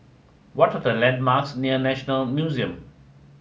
what are the landmarks near National Museum